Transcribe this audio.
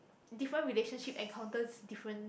different relationship encounters different